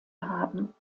haben